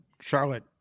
Charlotte